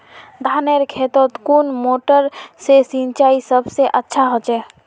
धानेर खेतोत कुन मोटर से सिंचाई सबसे अच्छा होचए?